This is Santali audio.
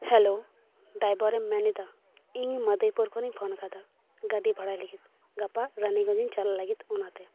ᱦᱮᱞᱳ ᱰᱨᱟᱭᱵᱚᱨ ᱮᱢ ᱢᱮᱱᱮᱫᱟ ᱤᱧ ᱢᱟᱫᱷᱟᱭᱯᱩᱨ ᱠᱷᱚᱱᱤᱧ ᱯᱷᱳᱱ ᱟᱠᱟᱫᱟ ᱜᱟᱹᱰᱤ ᱵᱷᱟᱰᱟᱭ ᱞᱟᱹᱜᱤᱫ ᱜᱟᱯᱟ ᱨᱟᱱᱤᱜᱚᱡᱽ ᱤᱧ ᱪᱟᱞᱟᱜ ᱞᱟᱹᱜᱤᱫ ᱚᱱᱟᱛᱮ